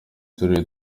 turere